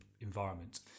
environment